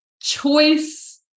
choice